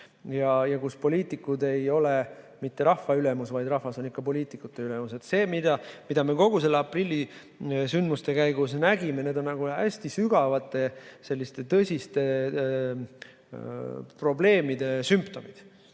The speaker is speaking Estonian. kus poliitikud ei ole mitte rahva ülemus, vaid rahvas ikka poliitikute ülemus. See, mida me aprillisündmuste käigus nägime, on hästi sügavate ja tõsiste probleemide sümptom.